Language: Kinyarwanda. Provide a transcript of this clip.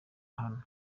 hano